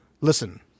listen